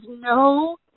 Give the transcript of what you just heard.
no